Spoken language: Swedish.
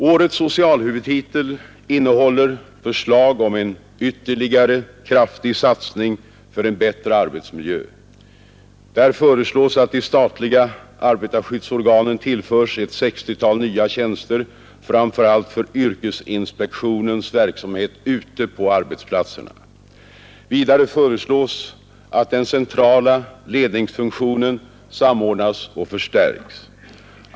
Årets socialhuvudtitel innehåller förslag om en ytterligare kraftig satsning för en bättre arbetsmiljö. Där föreslås att de statliga arbetarskyddsorganen tillförs ett 60-tal nya tjänster, framför allt för yrkesinspektionens verksamhet ute på arbetsplatserna. Vidare föreslås att den centrala ledningsfunktionen samordnas och förstärks.